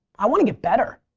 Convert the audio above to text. i want to get better.